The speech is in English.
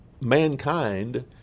mankind